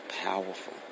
powerful